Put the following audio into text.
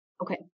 Okay